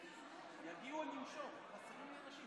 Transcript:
איסור ניתוק חשמל),